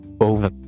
over